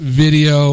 video